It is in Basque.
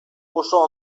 oso